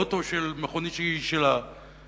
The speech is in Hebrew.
ועוד במכונית שהיא של הכנסת?